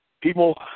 People